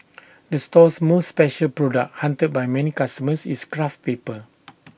the store's most special product hunted by many customers is craft paper